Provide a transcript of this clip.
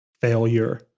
Failure